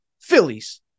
Phillies